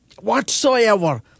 whatsoever